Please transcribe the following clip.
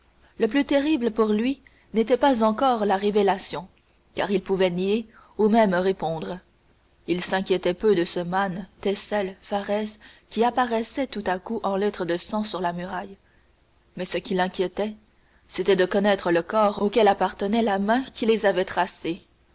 le plus terrible pour lui n'était pas encore la révélation car il pouvait nier ou même répondre il s'inquiétait peu de ce mane thecel pharès qui apparaissait tout à coup en lettres de sang sur la muraille mais ce qui l'inquiétait c'était de connaître le corps auquel appartenait la main qui les avait tracées